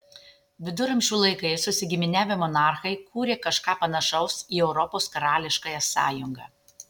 viduramžių laikais susigiminiavę monarchai kūrė kažką panašaus į europos karališkąją sąjungą